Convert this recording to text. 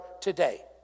today